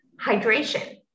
hydration